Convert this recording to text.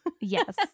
Yes